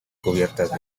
cubiertas